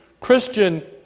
Christian